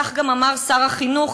כך גם אמר שר החינוך,